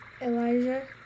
Elijah